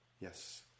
yes